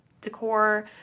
decor